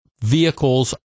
vehicles